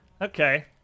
Okay